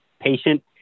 patient